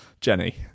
Jenny